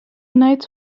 knights